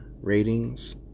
ratings